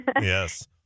Yes